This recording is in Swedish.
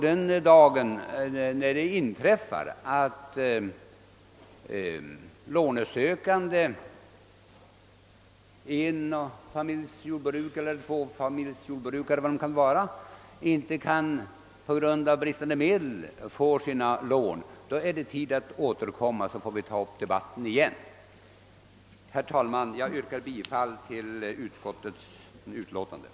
Den dag det inträffar att lånesökande enfamiljsjordbrukare — eller tvåfamiljsjordbrukare eller vad det kan vara — av brist på medel inte kan erhålla kreditstöd är det tid att återkomma i frågan och ta upp denna debatt igen. Herr talman! Jag yrkar bifall till utskottets hemställan.